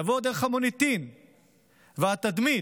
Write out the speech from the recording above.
יעבור דרך המוניטין והתדמית